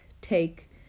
take